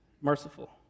merciful